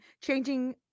changing